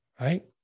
right